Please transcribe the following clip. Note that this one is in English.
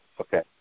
Okay